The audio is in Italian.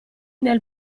nel